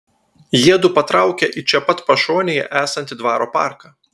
jiedu patraukia į čia pat pašonėje esantį dvaro parką